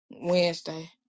Wednesday